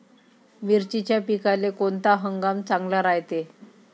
मिर्चीच्या पिकाले कोनता हंगाम चांगला रायते?